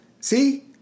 See